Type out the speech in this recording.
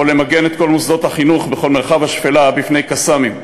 או למגן את כל מוסדות החינוך בכל מרחב השפלה מפני קסאמים.